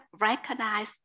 recognize